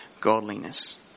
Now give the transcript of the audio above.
godliness